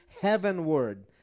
heavenward